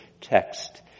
text